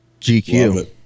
GQ